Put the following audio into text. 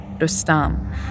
Rustam